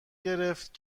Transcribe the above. گرفت